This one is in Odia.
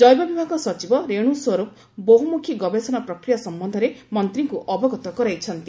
ଜୈବ ବିଭାଗ ସଚିବ ରେଣ୍ର ସ୍ୱର୍ପ ବହ୍ରମ୍ରଖୀ ଗବେଷଣା ପ୍ରକ୍ରିୟା ସମ୍ଭନ୍ଧରେ ମନ୍ତ୍ରୀଙ୍କ ଅବଗତ କରାଇଛନ୍ତି